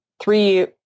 three